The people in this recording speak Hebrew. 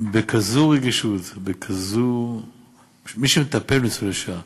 הוא, בכזו רגישות, מטפל בניצולי שואה.